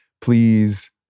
Please